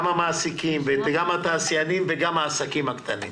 גם המעסיקים, גם התעשיינים וגם העסקים הקטנים.